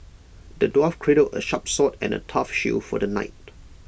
the dwarf crafted A sharp sword and A tough shield for the knight